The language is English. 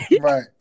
Right